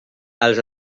als